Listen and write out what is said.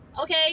Okay